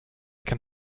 can